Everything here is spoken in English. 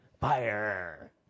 fire